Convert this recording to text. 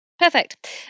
Perfect